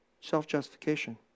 Self-justification